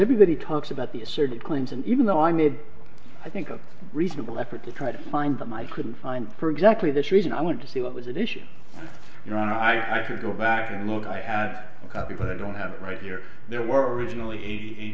everybody talks about the asserted claims and even though i made i think a reasonable effort to try to find them i couldn't find it for exactly this reason i want to see what was an issue you know when i go back and look i had a copy but i don't have it right here there were originally the